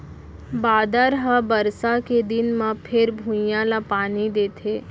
बादर ह बरसा के दिन म फेर भुइंया ल पानी देथे